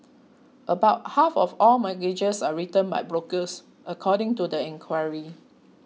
about half of all mortgages are written by brokers according to the inquiry